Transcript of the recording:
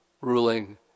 ruling